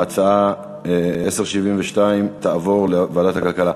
ההצעה תעבור לוועדת הכלכלה.